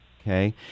Okay